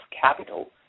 capital